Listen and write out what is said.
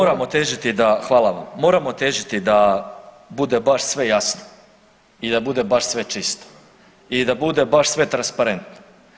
Moramo težiti da, hvala, moramo težiti da bude baš sve jasno i da bude baš sve čisto i da bude baš sve transparentno.